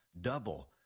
Double